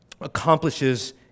accomplishes